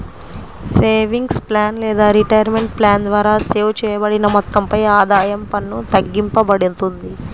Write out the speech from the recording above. savings plan లేదా retirement plan ద్వారా save చేయబడిన మొత్తంపై ఆదాయ పన్ను తగ్గింపబడుతుంది